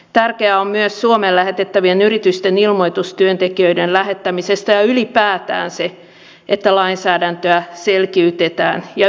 tärkeää on myös suomeen lähettävien yritysten ilmoitus työntekijöiden lähettämisestä ja ylipäätään se että lainsäädäntöä selkiytetään ja yhdenmukaistetaan